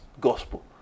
Gospel